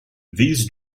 these